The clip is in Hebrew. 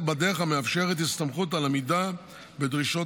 בדרך המאפשרת הסתמכות על עמידה בדרישות